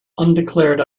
undeclared